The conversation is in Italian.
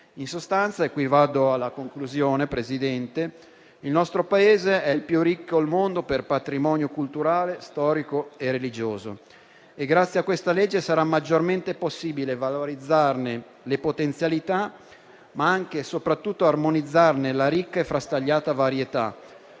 In sostanza - mi avvio alla conclusione, Presidente - il nostro Paese è il più ricco al mondo per patrimonio culturale, storico e religioso. Grazie a questa legge, sarà maggiormente possibile valorizzarne le potenzialità, ma anche e soprattutto armonizzarne la ricca e frastagliata varietà.